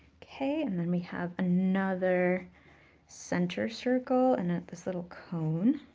okay, and then we have another center circle and then this little cone.